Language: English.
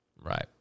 Right